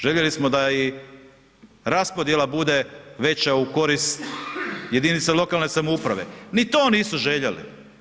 Željeli smo da i raspodjela veća u korist jedinica lokalne samouprave, ni to nisu željeli.